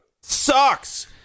Sucks